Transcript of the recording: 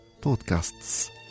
podcasts